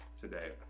today